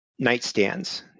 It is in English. nightstands